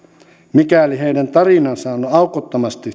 mikäli heidän tarinansa on aukottomasti